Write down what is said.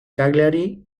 cagliari